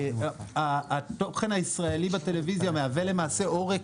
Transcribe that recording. התוכן הישראלי בטלוויזיה הוא עורק